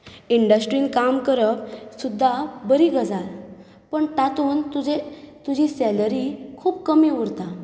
इण्डश्ट्रीन काम करप सुद्दां बरी गजाल पूण तातूंत तुजे तुजी सॅलरी खूब कमी उरता